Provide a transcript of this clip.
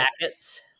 jackets